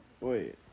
Wait